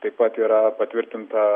taip pat yra patvirtinta